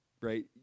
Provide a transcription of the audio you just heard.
right